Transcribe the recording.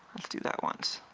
let's do that once